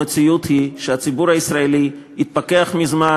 המציאות היא שהציבור הישראלי התפכח מזמן